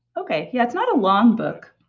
okay, yeah. it's not a long book.